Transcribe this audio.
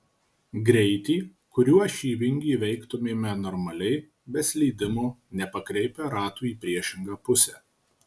greitį kuriuo šį vingį įveiktumėme normaliai be slydimo nepakreipę ratų į priešingą pusę